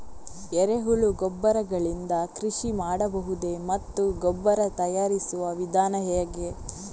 ಎರೆಹುಳು ಗೊಬ್ಬರ ಗಳಿಂದ ಕೃಷಿ ಮಾಡಬಹುದೇ ಮತ್ತು ಗೊಬ್ಬರ ತಯಾರಿಸುವ ವಿಧಾನ ಹೇಗೆ?